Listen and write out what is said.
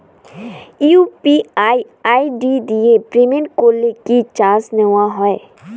UPI ID দিয়ে payment করলে কি চার্জ নেয়া হয়?